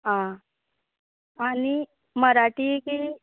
आं आनी मराठी की